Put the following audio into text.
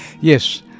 Yes